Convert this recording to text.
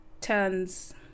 turns